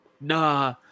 Nah